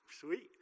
sweet